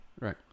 Right